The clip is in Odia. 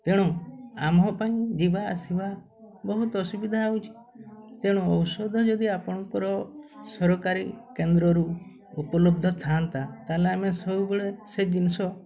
ତେଣୁ ଆମ ପାଇଁ ଯିବା ଆସିବା ବହୁତ ଅସୁବିଧା ହେଉଛି ତେଣୁ ଔଷଧ ଯଦି ଆପଣଙ୍କର ସରକାରୀ କେନ୍ଦ୍ରରୁ ଉପଲବ୍ଧ ଥାଆନ୍ତା ତାହେଲେ ଆମେ ସବୁବେଳେ ସେ ଜିନିଷ